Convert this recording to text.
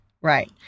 Right